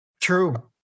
true